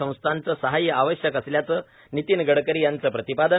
संस्थाचं सहाय्य आवश्यक असल्याचं नितीन गडकरी यांचं प्रतिपादन